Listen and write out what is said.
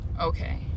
Okay